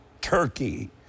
Turkey